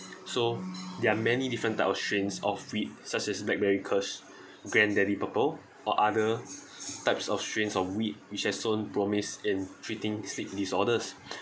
so there are many different type of strains of weed such as blackberry kush granddaddy purple or other types of strains of weed which has shown promise in treating sleep disorders